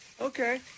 Okay